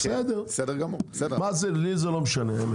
לי זה לא משנה.